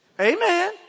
amen